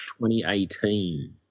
2018